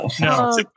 No